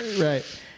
Right